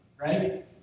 Right